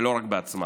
ולא רק בעצמה.